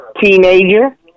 teenager